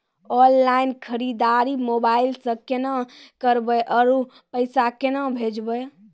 Online खरीददारी mobile से केना करबै, आरु पैसा केना भेजबै?